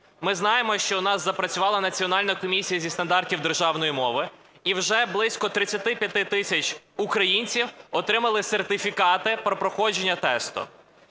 Ми знаємо, що в нас запрацювала Національна комісія зі стандартів державної мови, і вже близько 35 тисяч українців отримали сертифікати про проходження тесту.